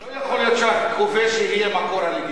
לא יכול להיות שהכובש יהיה מקור הלגיטימיות,